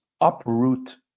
uproot